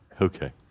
Okay